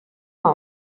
out